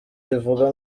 rivuga